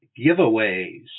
giveaways